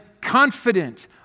confident